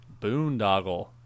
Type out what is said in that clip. Boondoggle